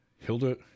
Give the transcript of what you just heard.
Hilda